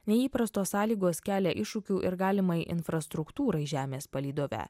neįprastos sąlygos kelia iššūkių ir galimai infrastruktūrai žemės palydove